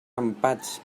empats